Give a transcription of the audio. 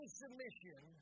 submission